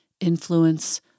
influence